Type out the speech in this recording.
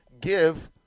give